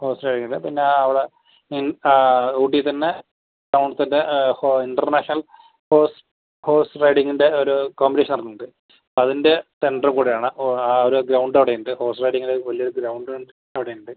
horse riding ഉണ്ട് പിന്നെ അവിടെ ഊട്ടിയിൽ തന്നെ ടൗണിൽ തന്നെ ഇൻ്റർനാഷണൽ ഹോർസ് ഹോർസ് റൈഡിംഗിന്റെ ഒരു കോംപെറ്റീഷൻ നടത്തുന്നുണ്ട് അതിന്റെ സെൻ്റർ കൂടെ ആണ് ഓ ആ ഒര് ഗ്രൌൻഡ് അവിടെ ഉണ്ട് ഹോർസ് റൈഡിംഗിന് വലിയ ഒരു ഗ്രൌൻഡ് അവിടെ ഉണ്ട്